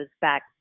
back